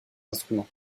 instruments